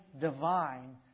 divine